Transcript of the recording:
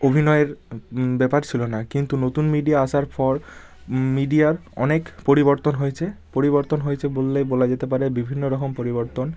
অভিনয়ের ব্যাপার ছিলো না কিন্তু নতুন মিডিয়া আসার পর মিডিয়ার অনেক পরিবর্তন হয়েছে পরিবর্তন হয়েছে বললে বলা যেতে পারে বিভিন্ন রকম পরিবর্তন